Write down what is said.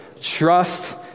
trust